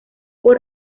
por